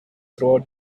throughout